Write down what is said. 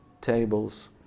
tables